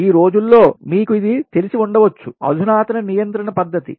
ఈ రోజుల్లో మీకు ఇది తెలిసి ఉండవచ్చు అధునాతన నియంత్రణ పద్ధతి